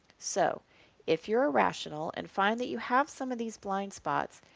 so if you're a rational and find that you have some of these blind spots,